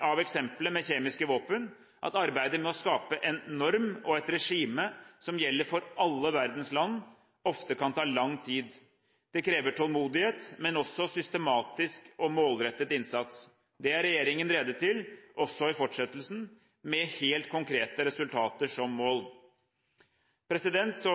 av eksemplet med kjemiske våpen at arbeidet med å skape en norm og et regime som gjelder for alle verdens land, ofte kan ta lang tid. Det krever tålmodighet, men også systematisk og målrettet innsats. Det er regjeringen rede til, også i fortsettelsen, med helt konkrete resultater som mål. Så